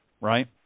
right